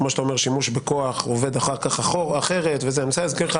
כמו שאתה אומר שימוש בכוח עובד אחר כך אחרת אני מנסה להזכיר לך